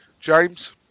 James